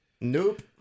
Nope